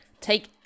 take